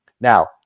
Now